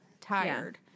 tired